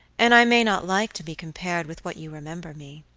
and i may not like to be compared with what you remember me.